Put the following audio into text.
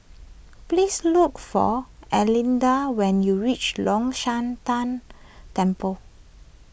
please look for Erlinda when you reach Long Shan Tang Temple